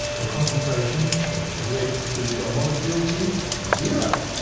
the concentration of red food dye molecules is zero.